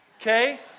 okay